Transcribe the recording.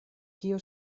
kio